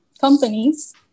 companies